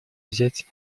взять